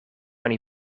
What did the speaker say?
oni